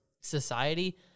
society